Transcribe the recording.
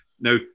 Now